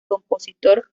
compositor